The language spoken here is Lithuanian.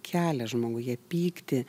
kelia žmoguje pyktį